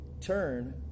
turn